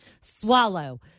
swallow